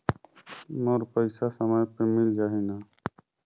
मोर पइसा समय पे मिल जाही न?